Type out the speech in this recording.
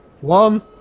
One